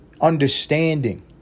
Understanding